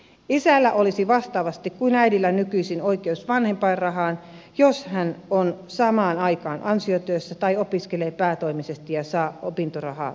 isällä olisi vastaavasti kuin äidillä nykyisin oikeus vanhempainrahaan jos hän on samaan aikaan ansiotyössä tai opiskelee päätoimisesti ja saa opintorahaa